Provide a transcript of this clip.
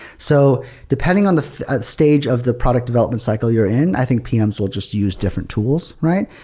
so depending on the stage of the product development cycle you're in, i think pms will just use different tools, right?